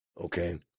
okay